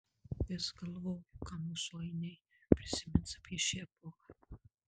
vis galvoju ką mūsų ainiai prisimins apie šią epochą